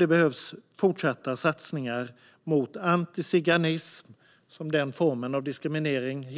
Det behövs fortsatta satsningar mot antiziganism, som den form av diskriminering